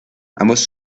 ambos